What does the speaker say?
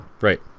right